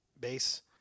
base